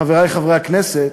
חברי חברי הכנסת,